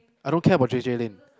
I don't care about J_J-Lin